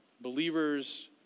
believers